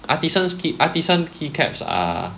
artisans key artisans key caps are